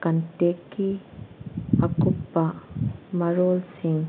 ꯀꯟꯇꯦꯛꯀꯤ ꯑꯀꯨꯞꯄ ꯃꯔꯣꯜꯁꯤꯡ